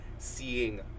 Seeing